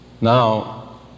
Now